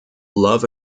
love